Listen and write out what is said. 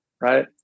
right